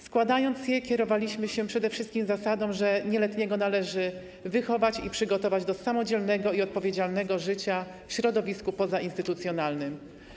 Składając je, kierowaliśmy się przede wszystkim zasadą, że nieletniego należy wychować i przygotować do samodzielnego i odpowiedzialnego życia w środowisku pozainstytucjonalnym.